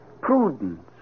Prudence